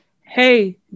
hey